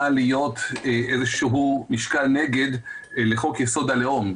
להיות איזשהו משקל נגד לחוק יסוד: הלאום.